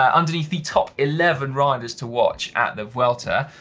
um underneath the top eleven riders to watch at the vuelta,